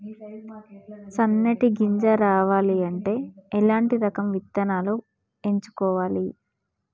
సన్నటి గింజ రావాలి అంటే ఎలాంటి రకం విత్తనాలు ఎంచుకోవాలి?